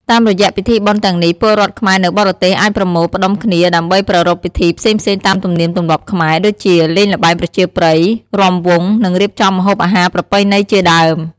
តាមរយៈពិធីបុណ្យទាំងនេះ ពលរដ្ឋខ្មែរនៅបរទេសអាចប្រមូលផ្តុំគ្នាដើម្បីប្រារព្ធពិធីផ្សេងៗតាមទំនៀមទម្លាប់ខ្មែរ ដូចជាលេងល្បែងប្រជាប្រិយ, រាំវង់, និងរៀបចំម្ហូបអាហារប្រពៃណីជាដើម។